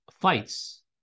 fights